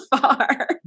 far